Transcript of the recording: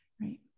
Right